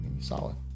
solid